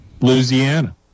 Louisiana